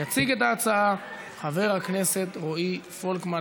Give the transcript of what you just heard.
יציג את ההצעה חבר הכנסת רועי פולקמן.